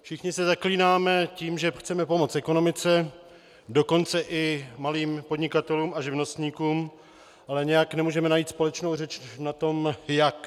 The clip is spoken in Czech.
Všichni se zaklínáme tím, že chceme pomoct ekonomice, dokonce i malým podnikatelům a živnostníkům, ale nějak nemůžeme najít společnou řeč v tom jak.